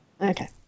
Okay